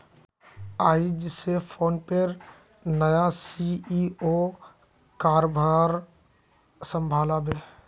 आइज स फोनपेर नया सी.ई.ओ कारभार संभला बे